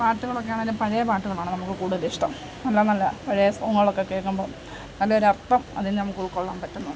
പാട്ടുകൾ ഒക്കെ ആണെങ്കിലും പഴയ പാട്ടുകളാണ് നമുക്ക് കൂടുതൽ ഇഷ്ടം നല്ല നല്ല പഴയ സോങ്ങുകൾ ഒക്കെ കേൾക്കുമ്പം നല്ല ഒരു അർത്ഥം അതിൽ നിന്ന് നമുക്ക് ഉൾക്കൊള്ളാൻ പറ്റുന്നുണ്ട്